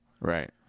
Right